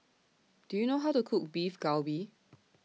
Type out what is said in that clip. Do YOU know How to Cook Beef Galbi